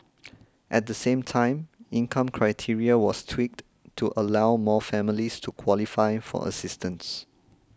at the same time income criteria was tweaked to allow more families to qualify for assistance